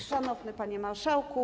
Szanowny Panie Marszałku!